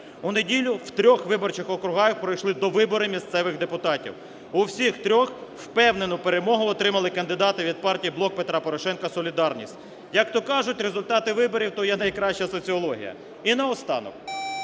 У неділю в трьох виборчих округах пройшли довибори місцевих депутатів, у всіх трьох впевнену перемогу отримали кандидати від партії "Блок Петра Порошенка" "Солідарність". Як то кажуть, результати виборів - то є найкраща соціологія. І наостанок.